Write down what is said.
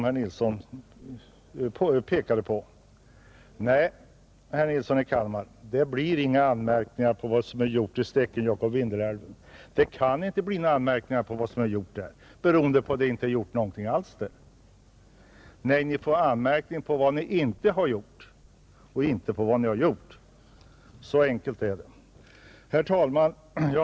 Herr Nilsson i Kalmar, det blir inga anmärkningar för vad som gjorts i Stekenjokk och Vindelälven, Det kan inte bli några anmärkningar därför att det inte gjorts något alls där. Ni får anmärkningar för vad ni inte gjort och inte för vad ni gjort. Så enkelt är det. Herr talman!